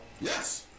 Yes